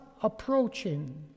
approaching